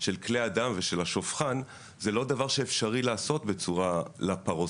של כלי הדם ושל השופכן זה לא דבר שאפשרי לעשות בצורה לפרוסקופית.